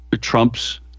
Trump's